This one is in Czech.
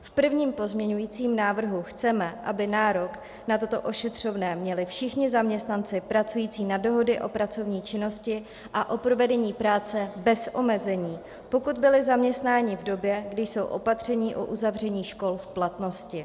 V prvním pozměňovacím návrhu chceme, aby nárok na toto ošetřovné měli všichni zaměstnanci pracující na dohody o pracovní činnosti a o provedení práce bez omezení, pokud byli zaměstnáni v době, kdy jsou opatření o uzavření škol v platnosti.